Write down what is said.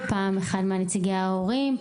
פעם אחד מנציגי ההורים,